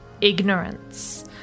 ignorance